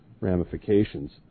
ramifications